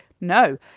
No